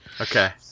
Okay